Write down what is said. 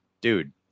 dude